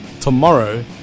tomorrow